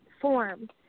form